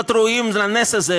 להיות ראויים לנס הזה,